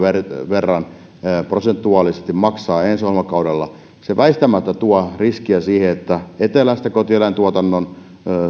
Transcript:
verran prosentuaalisesti maksaa ensi ohjelmakaudella se väistämättä tuo riskiä siihen että etelästä kotieläintuotannon